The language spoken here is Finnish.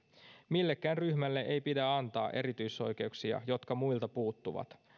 millekään ryhmälle ei pidä antaa erityisoikeuksia jotka muilta puuttuvat